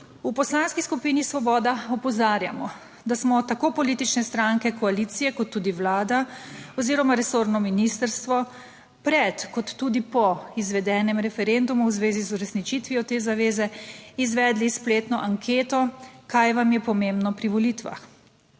V Poslanski skupini Svoboda opozarjamo, da smo tako politične stranke, koalicije kot tudi Vlada oziroma resorno ministrstvo pred kot tudi po izvedenem referendumu. v zvezi z uresničitvijo te zaveze izvedli spletno anketo. Kaj vam je pomembno pri volitvah?